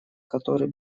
которой